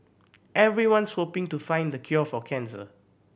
everyone's hoping to find the cure for cancer